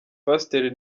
pasiteri